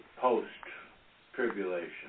post-tribulation